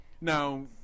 Now